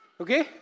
Okay